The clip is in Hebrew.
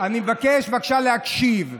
אני מבקש, בבקשה, להקשיב.